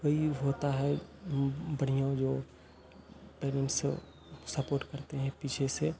वही होता है बढ़िया जो पहले उसे सपोर्ट करते हैं पीछे से